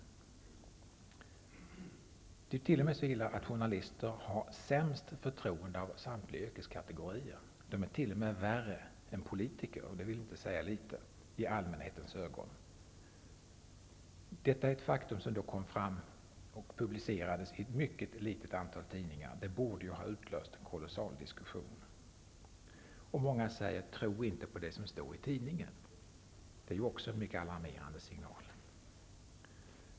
Det är så illa att journalister har sämst förtroende hos allmänheten av alla yrkeskategorier. De är t.o.m. värre än politiker -- och det vill inte säga litet. Detta är ett faktum som publicerades i ett mycket litet antal tidningar; det borde ju ha utlöst kolossal diskussion. Många säger: Tro inte på det som står i tidningen. Det är ju också en mycket alarmerande signal.